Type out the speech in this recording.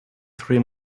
three